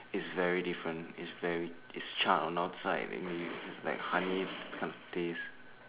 it's very different it's very it's charred on one side there's this like honey kind of taste